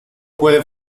puede